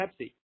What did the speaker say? Pepsi